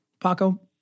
Paco